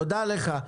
תודה לך.